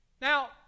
Now